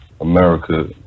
america